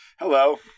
Hello